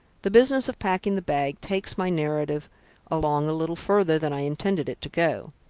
the business of packing the bag takes my narrative along a little farther than i intended it to go.